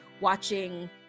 watching